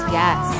yes